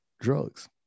Drugs